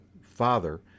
father